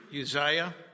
Uzziah